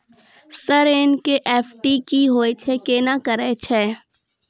Sir NEFT की होय छै, केना करे छै?